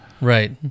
Right